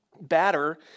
batter